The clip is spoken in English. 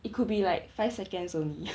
it could be like five seconds only